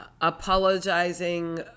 Apologizing